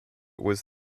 was